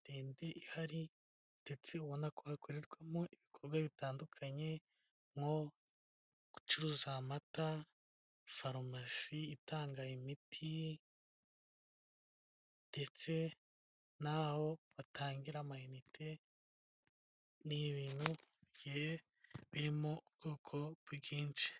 ndende ihari ndetse ubona kokorerwamo ibikorwa bitandukanye nko; gucuruza amata, farumasi itanga imiti, ndetse naho batangira amayinite, n'ibintu bigiye biri mu ubwoko bwinshi.